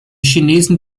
chinesen